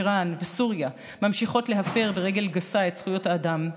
איראן וסוריה ממשיכות להפר ברגל גסה את זכויות האדם.